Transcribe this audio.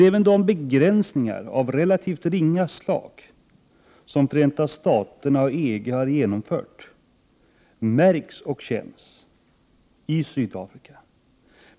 Även de begränsningar av relativt ringa slag som Förenta staterna och EG har genomfört märks och känns emellertid i Sydafrika.